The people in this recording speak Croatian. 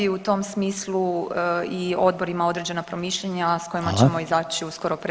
U tom smislu i Odbor ima određena promišljanja s kojima ćemo izaći uskoro pred